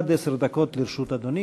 עד עשר דקות לרשות אדוני.